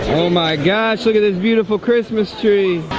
oh my gosh look at this beautiful christmas tree